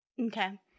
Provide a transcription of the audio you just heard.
Okay